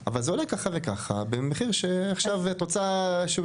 אבל זה עולה ככה וככה.״ ואם את רוצה שהוא ייתן